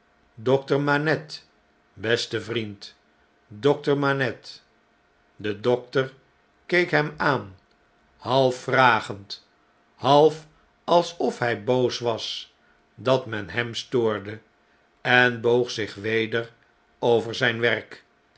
dokter manette beste vriend dokter manette de dokter keek hem aan half vragend half alsof hn boos was dat men hem stoorde en boog zich weder over zyn werk